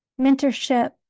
mentorship